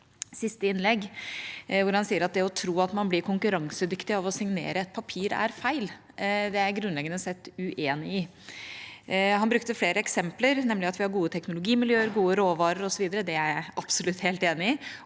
siste innlegg, hvor han sier at det å tro at man blir konkurransedyktig av å signere et papir, er feil. Det er jeg grunnleggende sett uenig i. Han brukte flere eksempler, nemlig at vi har gode teknologimiljøer, gode råvarer osv. – det er jeg absolutt helt enig i